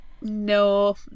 No